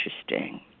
interesting